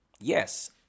Yes